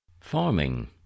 Farming